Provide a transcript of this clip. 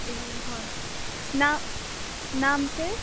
ए हवस् ना नाम चाहिँ